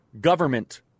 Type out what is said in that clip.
government